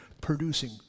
producing